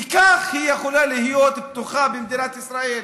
כי כך היא יכולה להיות בטוחה במדינת ישראל.